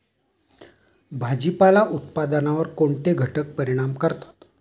भाजीपाला उत्पादनावर कोणते घटक परिणाम करतात?